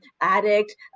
addict